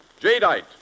Jadeite